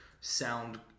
sound